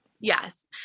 yes